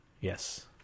Yes